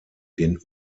den